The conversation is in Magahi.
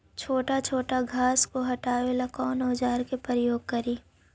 छोटा छोटा घास को हटाबे ला कौन औजार के प्रयोग करि?